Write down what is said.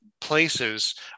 places